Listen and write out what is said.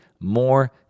More